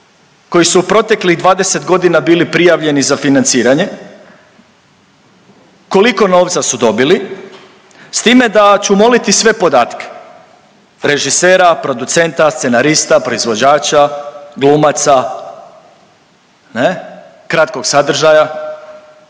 koji su u proteklih 20 godina bili prijavljeni za financiranje. Koliko novca su dobili? S time da ću moliti sve podatke režisera, producenta, scenarista, proizvođača, glumaca ne kratkog sadržaja.